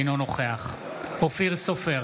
אינו נוכח אופיר סופר,